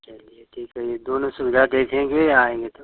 चलिए ठीक है ये दोनों सुविधा देखेंगे आऍंगे तो